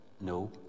No